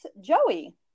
Joey